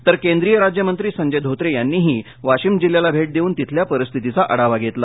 तर केंद्रीय राज्यमंत्री संजय धोत्रे यांनी वाशीम जिल्ह्यातल्या परिस्थितीचा आढावा घेतला